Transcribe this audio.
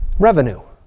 revenue.